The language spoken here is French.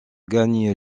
gagne